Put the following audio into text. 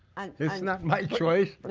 it's not my choice. but